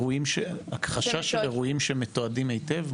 הכחשה של אירועים שמתועדים היטב,